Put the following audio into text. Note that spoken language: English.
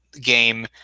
game